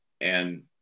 And-